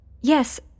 Yes